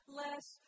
less